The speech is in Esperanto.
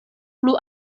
plu